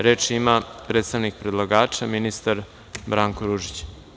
Reč ima predstavnik predlagača, ministar Branko Ružić.